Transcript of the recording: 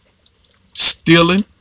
stealing